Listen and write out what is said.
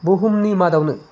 बुहुमनि मादावनो